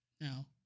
Now